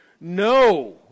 No